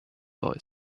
boy